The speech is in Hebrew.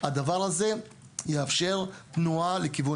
אחד הבטיח רכבת תחתית והשני הבטיח רכבת